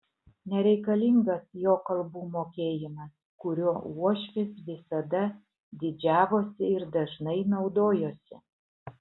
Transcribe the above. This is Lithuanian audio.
nereikalingas jo kalbų mokėjimas kuriuo uošvis visada didžiavosi ir dažnai naudojosi